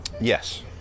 Yes